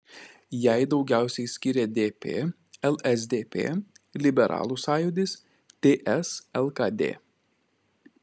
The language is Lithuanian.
jai daugiausiai skyrė dp lsdp liberalų sąjūdis ts lkd